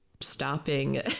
stopping